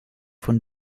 von